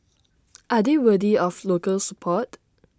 are they worthy of local support